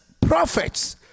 prophets